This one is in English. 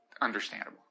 understandable